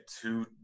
two